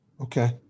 Okay